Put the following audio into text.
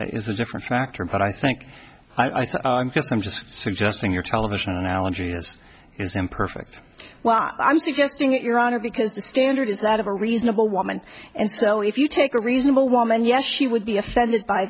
w is a different factor but i think i thought i'm just suggesting your television analogy is imperfect well i'm suggesting that your honor because the standard is that of a reasonable woman and so if you take a reasonable woman yes she would be offended by